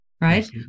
right